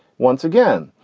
once again,